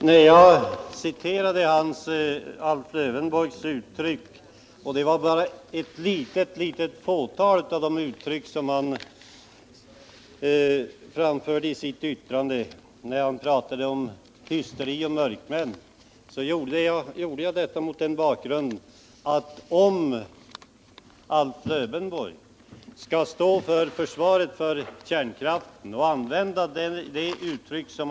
Herr talman! Jag citerade bara ett litet fåtal av de uttryck som Alf Lövenborg använde i sitt anförande. Han pratade om hysteri och mörkmän när han utmålade den situation som skulle komma att råda om kärnkraften skulle ställas åsido.